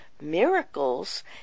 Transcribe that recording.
miracles